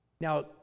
Now